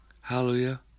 Hallelujah